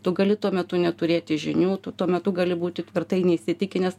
tu gali tuo metu neturėti žinių tu tuo metu gali būti tvirtai neįsitikinęs